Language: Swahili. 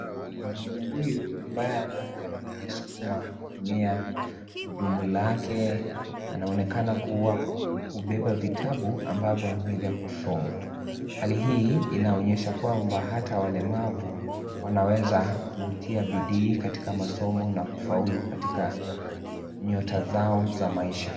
Mwanaume huyu ambaye anaonekana kujisukuma kutumia gurudumu lake anaonekana kuwa kubeba vitabu ambavyo ni vya kusoma hali hii inaonyesha kwamba hata walemavu wanaweza kutia bidii katika masomo na kufaulu katika nyota zao za maisha.